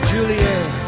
Juliet